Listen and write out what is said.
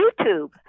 YouTube